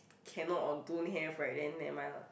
cannot or don't have right then never mind lah